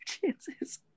chances